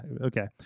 okay